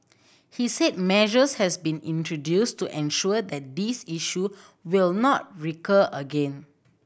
he said measures has been introduced to ensure that this issue will not recur again